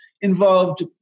involved